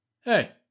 hey